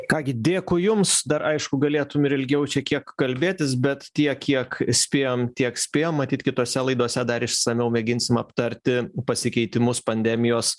ką gi dėkui jums dar aišku galėtum ir ilgiau čia kiek kalbėtis bet tiek kiek spėjom tiek spėjom matyt kitose laidose dar išsamiau mėginsim aptarti pasikeitimus pandemijos